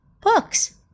Books